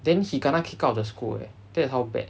then he kena kick out of the school eh that is how bad